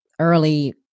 early